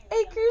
Acres